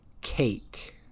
cake